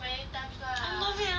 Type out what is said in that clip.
I love it eh